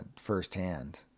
firsthand